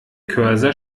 cursor